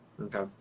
Okay